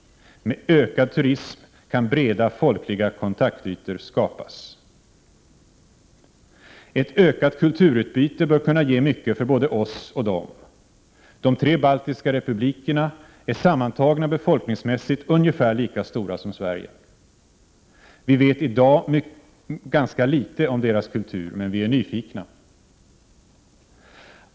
Med ökad turism kan breda folkliga kontaktytor skapas. Ett ökat kulturutbyte bör kunna ge mycket för både oss och dem. De tre baltiska republikerna är sammantagna befolkningsmässigt ungefär lika stora som Sverige. Vi vet i dag ganska litet om deras kultur, men vi är nyfikna.